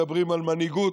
מדברים על מנהיגות,